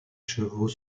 chevaux